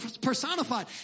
personified